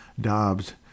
Dobbs